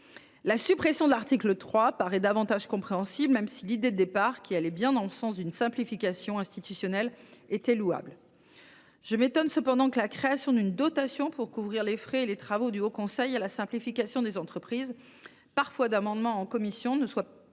La suppression de l’article 3 paraît davantage compréhensible, même si l’idée de départ, qui allait bien dans le sens d’une simplification institutionnelle, était louable. Je m’étonne cependant que la création d’une dotation pour couvrir les frais et les travaux du haut conseil à la simplification pour les entreprises, par voie d’amendement en commission, n’ait pas